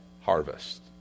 harvest